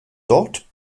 dort